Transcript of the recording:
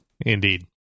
Indeed